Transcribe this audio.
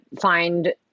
find